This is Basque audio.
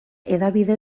hedabide